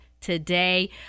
today